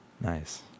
Nice